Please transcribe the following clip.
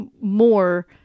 more